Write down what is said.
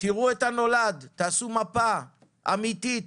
תראו את הנולד, תייצרו מפה אמיתית